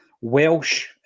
Welsh